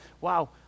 wow